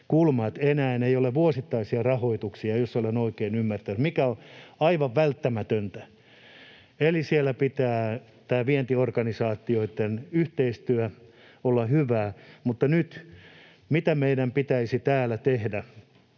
eikä enää ole vuosittaisia rahoituksia — jos olen oikein ymmärtänyt — mikä on aivan välttämätöntä. Eli siellä pitää vientiorganisaatioitten yhteistyön olla hyvää. Mutta nyt, mitä meidän pitäisi täällä tehdä,